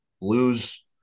lose